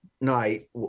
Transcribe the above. night